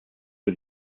für